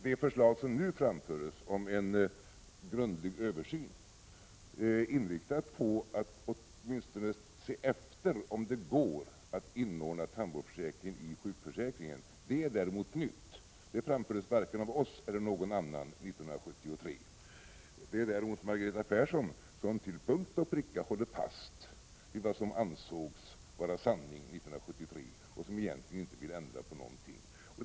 Det förslag som nu framförs om en grundlig översyn är inriktat på att åtminstone se efter om det går att inordna tandvårdsförsäkringen i sjukförsäkringen. Det förslaget är däremot nytt. Det framfördes varken av oss eller av någon annan 1973. Det är Margareta Persson som till punkt och pricka håller fast vid vad som ansågs vara sanning 1973 och som egentligen inte vill ändra på någonting.